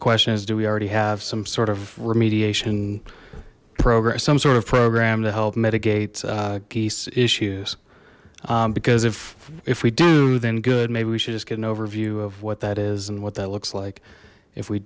question is do we already have some sort of remediation program some sort of program to help mitigate geese issues because if if we do then good maybe we should just get an overview of what that is and what that looks like if we